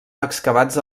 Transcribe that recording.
excavats